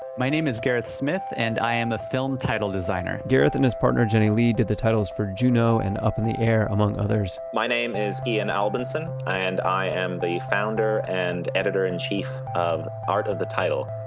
my name is gareth smith and i am a film title designer gareth and his partner jenny lee did the titles for juno and up in the air, among others my name is ian albinson and i am the founder and editor-in-chief of art of the title,